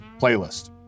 playlist